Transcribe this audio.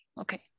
okay